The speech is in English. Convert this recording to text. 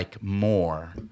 more